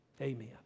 amen